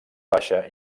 baixa